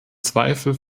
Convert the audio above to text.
zweifel